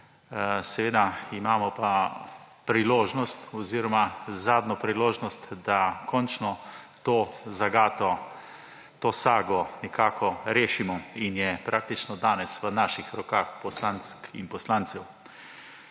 Seveda imamo pa priložnost oziroma zadnjo priložnost, da končno to zagato, to sago nekako rešimo in je praktično danes v naših rokah, poslank in poslancev.